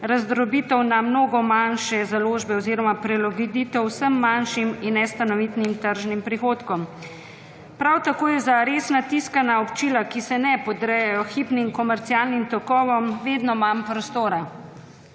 razdrobitev na mnogo manjše založbe oziroma prilagoditev vsem manjšim in nestanovitnim tržnim prihodkom. Prav tako je za resna tiskana občila, ki se ne podrejajo hipnim komercialnim tokovom, vedno manj prostora.